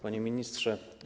Panie Ministrze!